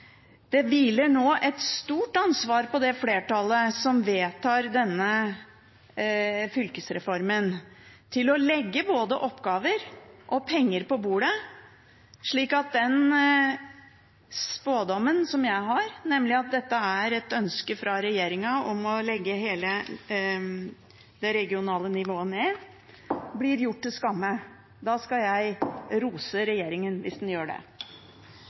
Det hviler nå et stort ansvar på det flertallet som vedtar denne fylkesreformen, for å legge både oppgaver og penger på bordet slik at den spådommen som jeg har, nemlig at det er et ønske fra regjeringen om å legge ned hele det regionale nivået, blir gjort til skamme. Da skal jeg rose regjeringen, hvis den gjør det.